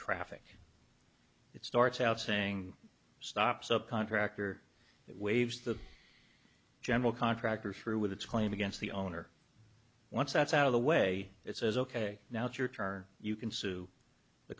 traffic it starts out saying stop sub contractor waives the general contractor through with it's claim against the owner once that's out of the way it says ok now it's your turn you can sue the